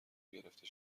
گرفته